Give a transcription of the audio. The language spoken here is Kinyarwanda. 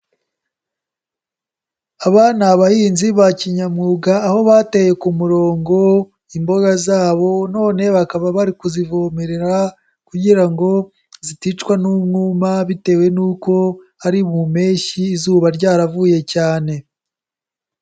Aba ni abahinzi bakinyamwuga, aho bateye ku murongo imboga zabo, none bakaba bari kuzivomerera kugira ngo ziticwa n'umwuma, bitewe n'uko ari mu mpeshyi izuba ryaravuye cyane.